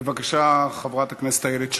בבקשה, חברת הכנסת איילת שקד.